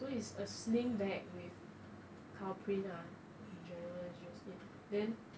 so it's a sling bag with cow print uh in general it is just it then